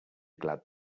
glad